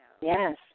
Yes